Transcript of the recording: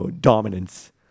dominance